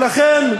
ולכן,